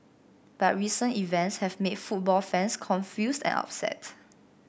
but recent events have made football fans confused and upset